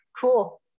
cool